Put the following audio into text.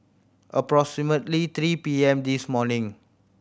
approximately three P M this morning